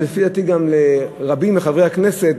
ולפי דעתי גם אצל רבים מחברי הכנסת,